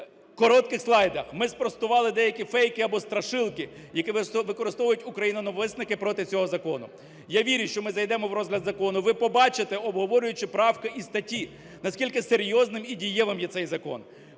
коротких слайдах ми спростували деякі фейки або страшилки, які використовують україноненависники проти цього закону. Я вірю, що ми зайдемо в розгляд закону, ви побачите, обговорюючи правки і статті, наскільки серйозним і дієвим є цей закон,